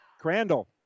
Crandall